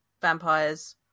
vampires